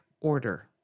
order